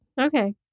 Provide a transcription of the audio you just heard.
Okay